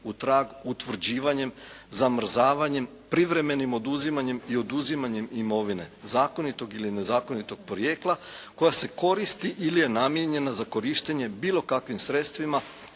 utvrđivanjem, zamrzavanjem, privremenim oduzimanjem i oduzimanjem imovine zakonitog ili nezakonitog porijekla koja se koristi ili je namijenjena za korištenje bilo kakvim sredstvima